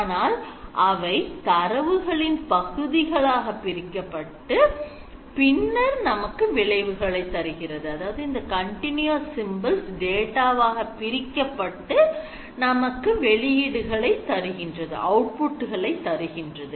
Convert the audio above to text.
ஆனால் அவை தரவுகளின் பகுதிகளாக பிரிக்கப்பட்ட பின்னர் நமக்கு விளைவுகளை தருகின்றது